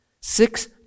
Six